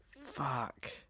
Fuck